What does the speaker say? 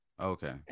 Okay